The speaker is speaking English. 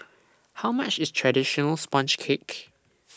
How much IS Traditional Sponge Cake